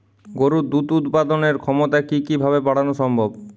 গরুর দুধ উৎপাদনের ক্ষমতা কি কি ভাবে বাড়ানো সম্ভব?